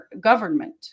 government